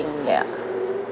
ya